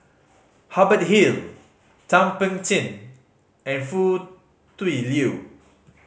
Hubert Hill Thum Ping Tjin and Foo Tui Liew